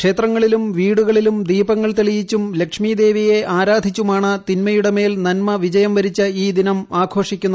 ക്ഷേത്രങ്ങളിലും വീടുകളിലും ദീപങ്ങൾ തെളിയിച്ചും ലക്ഷ്മി ദേവിയെ ആരാധിച്ചുമാണ് തിന്മയുടെ മേൽ നന്മ വിജയം വരിച്ചു ഈ ദിനം ആഘോഷിക്കുന്നത്